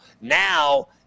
Now